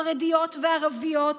חרדיות וערביות,